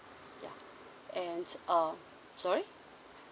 ya and uh sorry